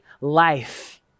life